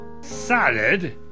Salad